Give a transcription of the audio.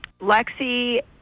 Lexi